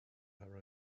her